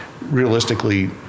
realistically